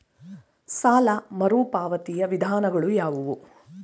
ಸಾಲ ಮರುಪಾವತಿಯ ವಿಧಾನಗಳು ಯಾವುವು?